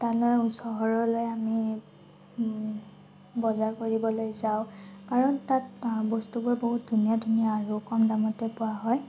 তালৈ চহৰলৈ আমি বজাৰ কৰিবলৈ যাওঁ কাৰণ তাত বস্তুবোৰ বহুত ধুনীয়া ধুনীয়া আৰু কম দামতে পোৱা হয়